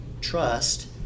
trust